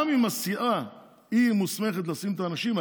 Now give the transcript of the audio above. גם אם הסיעה מוסמכת לשים את האנשים,